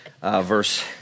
verse